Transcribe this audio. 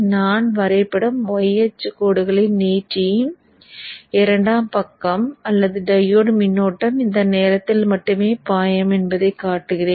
நான் வரைபடம் y அச்சுக் கோடுகளை நீட்டி இரண்டாம் பக்கம் அல்லது டையோடு மின்னோட்டம் இந்த நேரத்தில் மட்டுமே பாயும் என்பதைக் காட்டுவேன்